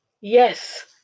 Yes